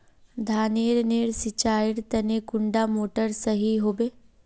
धानेर नेर सिंचाईर तने कुंडा मोटर सही होबे?